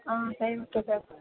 ஆ சரி okay sir